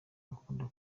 bakunda